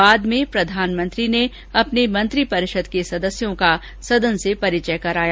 बाद में प्रधानमंत्री ने अपने मंत्रिपरिषद के सदस्यों का सदन से परिचय कराया